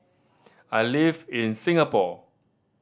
I live in Singapore